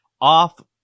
off